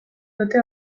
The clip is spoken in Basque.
dute